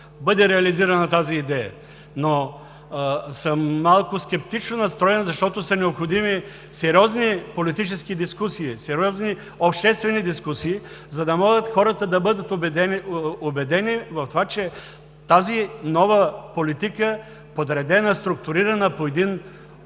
бъде реализирана тази идея, но съм малко скептично настроен, защото са необходими сериозни политически дискусии, сериозни обществени дискусии, за да могат хората да бъдат убедени в това, че тази нова политика, подредена, структурирана по един